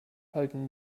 halten